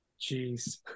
Jeez